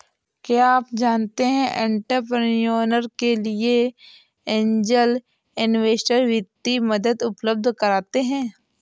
क्या आप जानते है एंटरप्रेन्योर के लिए ऐंजल इन्वेस्टर वित्तीय मदद उपलब्ध कराते हैं?